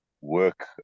work